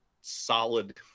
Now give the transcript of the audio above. solid